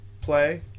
play